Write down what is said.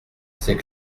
c’est